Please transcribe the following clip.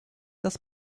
das